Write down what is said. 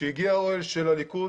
כשהגיע האוהל של הליכוד